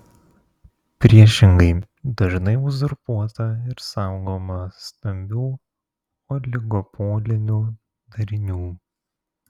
priešingai dažnai uzurpuota ir saugoma stambių oligopolinių darinių